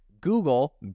Google